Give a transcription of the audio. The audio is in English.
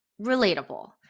Relatable